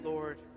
Lord